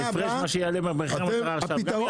ההפרש שיעלה במחיר המטרה עכשיו גם יעלה.